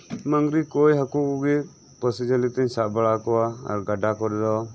ᱢᱟᱹᱝᱜᱨᱤ ᱠᱚᱭ ᱦᱟᱠᱩᱜᱮ ᱯᱟᱹᱥᱤ ᱡᱷᱟᱹᱞᱤᱴᱮᱧ ᱥᱟᱵ ᱵᱟᱲᱟᱠᱚᱣᱟ ᱟᱨ ᱜᱟᱰᱟ ᱠᱚᱨᱮᱫᱚ